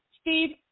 Steve